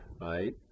right